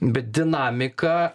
bet dinamika